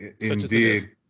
Indeed